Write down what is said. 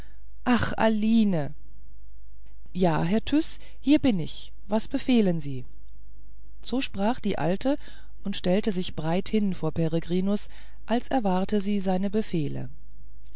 ach aline ja herr tyß hier bin ich was befehlen sie so sprach die alte und stellte sich breit hin vor peregrinus als erwarte sie seine befehle